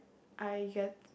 I get